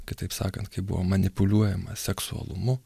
kitaip sakant kai buvo manipuliuojama seksualumu